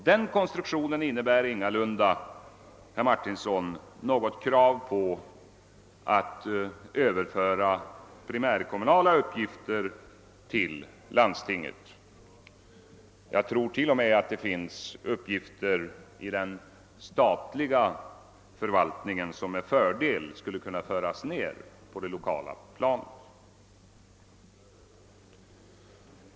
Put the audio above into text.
Den konstruktionen innebär ingalunda, herr Martinsson, något krav på att primärkommunala uppgifter skall överföras till landstinget. Jag tror t.o.m. att det finns uppgifter i den statliga förvaltningen som med fördel skulle kunna föras ned till det lokala planet.